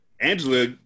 Angela